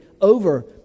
over